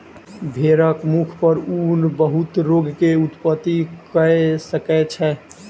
भेड़क मुख पर ऊन बहुत रोग के उत्पत्ति कय सकै छै